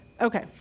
Okay